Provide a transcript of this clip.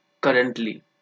currently